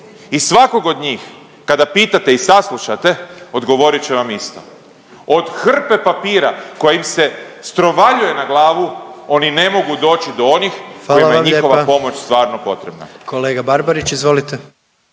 i svakog od njih kada pitate i saslušate odgovorit će vam isto, od hrpe papira koja im se strovaljuje na glavu oni ne mogu doći do onih…/Upadica predsjednik: Hvala